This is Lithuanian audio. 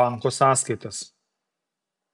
banko sąskaitas